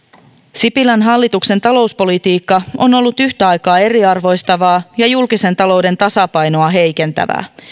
sipilän hallituksen talouspolitiikka on ollut yhtä aikaa eriarvoistavaa ja julkisen talouden tasapainoa heikentävää